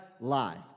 life